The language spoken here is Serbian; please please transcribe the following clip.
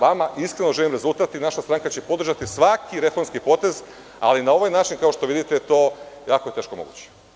Vama iskreno želim rezultat i naša stranka će podržati svaki reformski potez, ali na ovaj način kao što vidite to je jako teško moguće.